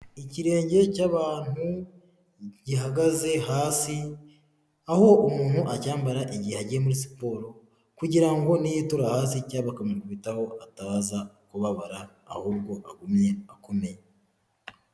Ikirenge cy'abantu gihagaze hasi, aho umuntu acyambara igihe agiye muri siporo kugira ngo niyitura hasi cyangwa bakamukubitaho ataza kubabara ahubwo agumye akomeye.